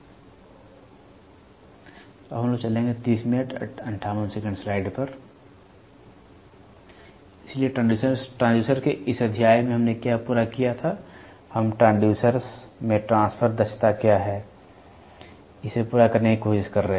इसलिए ट्रांसड्यूसर्स के इस अध्याय में हमने क्या पूरा किया था हम ट्रांसड्यूसर्स में ट्रांसफर दक्षता क्या है इसे पूरा करने की कोशिश कर रहे थे